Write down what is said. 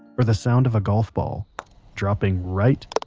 or the sound of a golf ball dropping right,